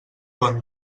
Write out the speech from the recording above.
bon